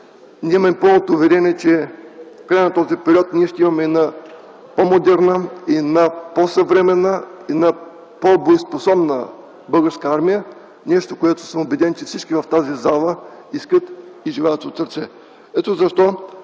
ние имаме пълното уверение, че в края на този период ще имаме една по-модерна и една по-съвременна, една по-боеспособна Българска армия, нещо, което съм убеден, че всички в тази зала искат и желаят от сърце. Ето защо